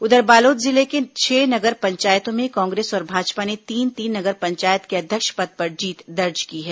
उधर बालोद जिले के छह नगर पंचायतों में कांग्रेस और भाजपा ने तीन तीन नगर पंचायत के अध्यक्ष पद पर जीत दर्ज की है